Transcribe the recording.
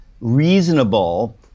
reasonable